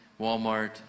Walmart